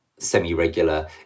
semi-regular